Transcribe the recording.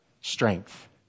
strength